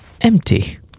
Empty